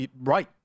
right